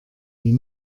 die